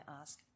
ask